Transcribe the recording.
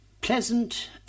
pleasant